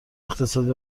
اقتصاد